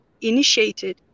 initiated